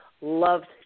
loved